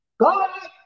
God